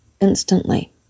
instantly